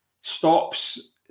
stops